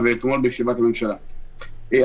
חלק מהם חזרו ארצה --- כן.